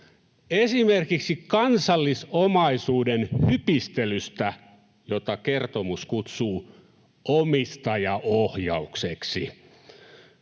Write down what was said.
esimerkiksi kansallisomaisuuden hypistelystä, jota kertomus kutsuu ”omistajaohjaukseksi”.